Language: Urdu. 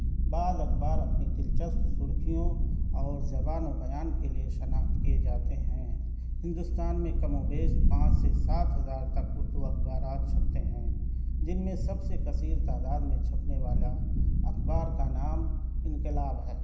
بعض اخبار اپنی دلچسپ سُرخیوں اور زبان و بیان کے لئے شناخت کئے جاتے ہیں ہندوستان میں کم و بیش پانچ سے سات ہزار تک اُردو اخبارات چھپتے ہیں جن میں سب سے کثیر تعداد میں چھپنے والا اخبار کا نام انقلاب ہے